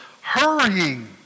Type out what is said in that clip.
hurrying